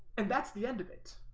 and that's the end of it,